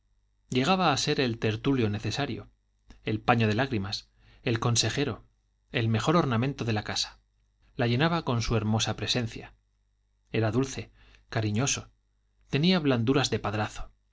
llegaba a ser el tertulio necesario el paño de lágrimas el consejero el mejor ornamento de la casa la llenaba con su hermosa presencia era dulce cariñoso tenía blanduras de padrazo